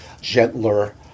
gentler